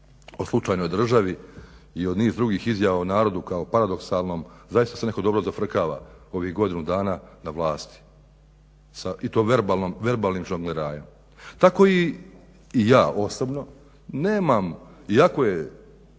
o slučajnoj državi i o niz drugih izjava u narodu kao paradoksalnom. Zaista se neko dobro zafrkava ovih godinu dana na vlasti i to verbalnim žonglerajem. Tako i ja osobno nemam, iako je